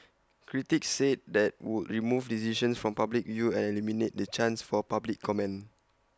critics said that would remove decisions from public view and eliminate the chance for public comment